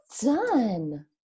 done